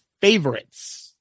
favorites